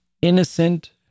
Innocent